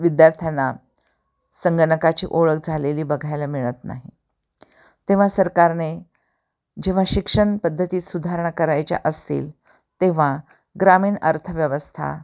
विद्यार्थ्यांना संगणकाची ओळख झालेली बघायला मिळत नाही तेव्हा सरकारने जेव्हा शिक्षण पद्धतीत सुधारणा करायच्या असतील तेव्हा ग्रामीण अर्थव्यवस्था